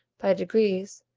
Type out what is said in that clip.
by degrees,